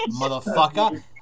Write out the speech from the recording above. Motherfucker